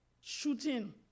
shooting